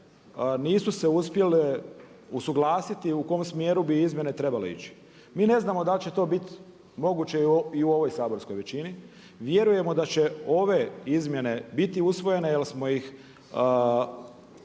nisu se uspjele usuglasiti u kom smjeru bi izmjene trebale ići. Mi ne znamo da li će to biti moguće i ovoj saborskoj većini. Vjerujemo da će ove izmjene biti usvojene jel smo ih